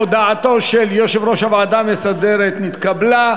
הודעתו של יושב-ראש הוועדה המסדרת נתקבלה.